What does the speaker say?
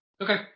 Okay